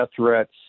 threats